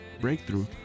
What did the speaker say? breakthrough